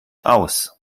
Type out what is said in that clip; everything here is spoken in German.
aus